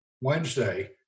Wednesday